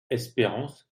espérance